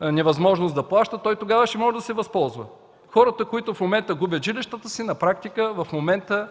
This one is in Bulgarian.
невъзможност да плаща, той тогава ще може да се възползва от него. За хората, които в момента губят жилищата си, на практика в момента